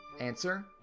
Answer